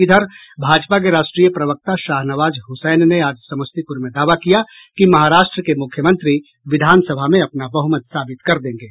इधर भाजपा के राष्ट्रीय प्रवक्ता शाहनवाज हुसैन ने आज समस्तीपुर में दावा किया कि महाराष्ट्र के मुख्यमंत्री विधानसभा में अपना बहुमत साबित कर देंगे